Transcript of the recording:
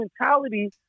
mentality